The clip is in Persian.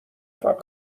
فقط